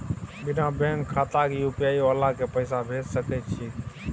बिना बैंक खाता के यु.पी.आई वाला के पैसा भेज सकै छिए की?